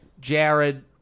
jared